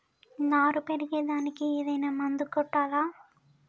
నారు పెరిగే దానికి ఏదైనా మందు కొట్టాలా?